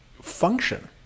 function